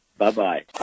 Bye-bye